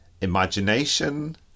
imagination